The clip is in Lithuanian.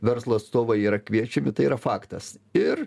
verslo atstovai yra kviečiami tai yra faktas ir